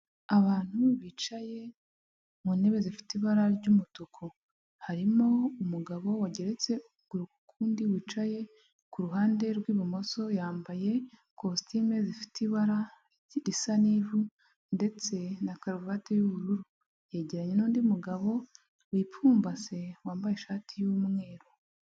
Abantu bicaye mu ntebe zifite ibara ry'umutuku. Harimo umugabo wageretse ukuguru ku kundi, wicaye ku ruhande rw'ibumoso yambaye kositime zifite ibara risa n'ivu ndetse na karuvati y'ubururu. Yegeranye n'undi mugabo wipfumbase, wambaye ishati y'umweru.